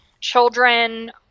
Children